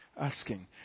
asking